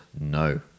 no